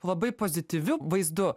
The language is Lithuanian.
labai pozityviu vaizdu